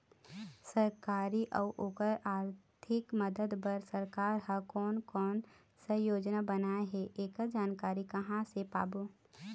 सरकारी अउ ओकर आरथिक मदद बार सरकार हा कोन कौन सा योजना बनाए हे ऐकर जानकारी कहां से पाबो?